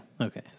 Okay